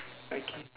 okay